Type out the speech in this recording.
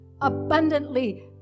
abundantly